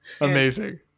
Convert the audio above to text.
Amazing